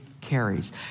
carries